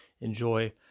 enjoy